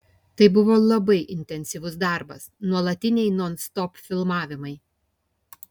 tai buvo labai intensyvus darbas nuolatiniai nonstop filmavimai